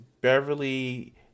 Beverly